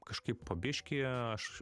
kažkaip po biškį aš